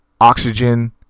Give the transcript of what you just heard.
oxygen